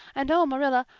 and oh, marilla,